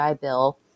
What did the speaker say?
Bill